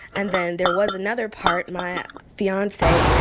and then there was another part my fiance,